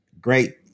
great